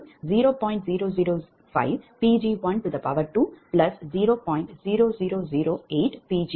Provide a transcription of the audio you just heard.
0008Pg22 என்று ஆனது